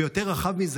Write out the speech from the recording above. ויותר רחב מזה,